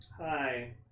Hi